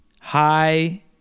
hi